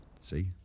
See